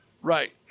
Right